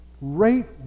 right